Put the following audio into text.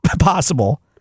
possible